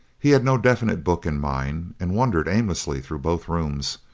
he had no definite book in mind and wandered aimlessly through both rooms,